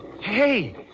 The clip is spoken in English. Hey